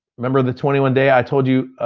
remember the twenty one day i told you